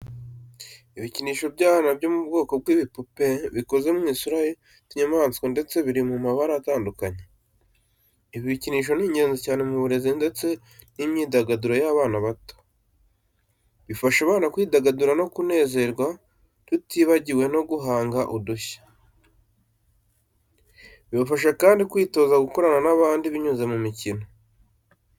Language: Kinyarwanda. Ibikinisho by’abana byo mu bwoko bw'ibipupe bikoze mu isura y'utunyamaswa ndetse biri mu mabara atandukanye. Ibi bikinisho ni ingenzi cyane mu burezi ndetse n’imyidagaduro y’abana bato. Bifasha abana kwidagadura no kunezerwa tutibagiwe no guhanga udushya. Bibafasha kandi kwitoza gukorana n’abandi binyuze mu mikino.